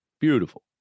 beautiful